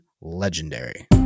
legendary